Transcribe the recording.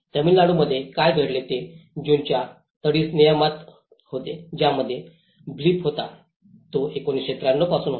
तामिळनाडूमध्ये काय घडले ते जूनच्या तटीय नियमात होते ज्यामध्ये ब्लिप होता तो 1993 पासून होता